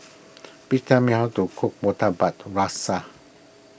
please tell me how to cook Murtabak Rusa